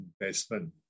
investment